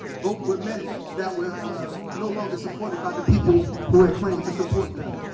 both were men that were no longer supported by the people who had claimed to support them.